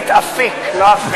נאום בר-מצווה עכשיו אתה אומר?